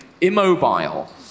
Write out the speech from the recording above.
immobile